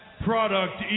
product